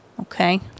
Okay